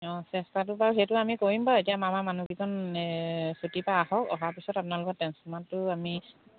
অঁ চেষ্টাটো বাৰু সেইটো আমি কৰিম বাৰু এতিয়া আমাৰ মানুহকেইজন ছুটিৰ পৰা আঁহক অহাৰ পিছত আপোনালোকৰ টেঞ্চফৰ্মাৰটো আমি